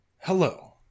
hello